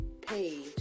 page